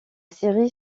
série